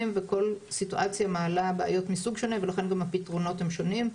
וכל סיטואציה מעלה בעיות מסוג שונה ולכן גם הפתרונות הם שונים.